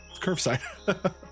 curbside